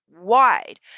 wide